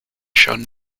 shown